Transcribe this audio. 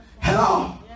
Hello